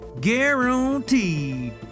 Guaranteed